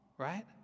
Right